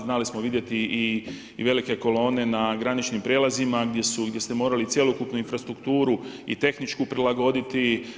Znali smo vidjeti i velike kolone na graničnim prijelazima gdje ste morali cjelokupnu infrastrukturu i tehničku prilagoditi.